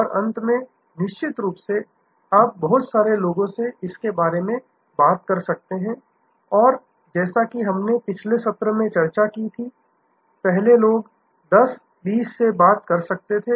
और अंत में निश्चित रूप से आप बहुत सारे लोगों से इसके बारे में बात कर सकते हैं और जैसा कि हमने पिछले सत्र में चर्चा की थी पहले लोग 10 20 से बात कर सकते थे